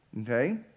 okay